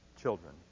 children